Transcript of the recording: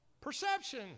Perception